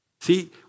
See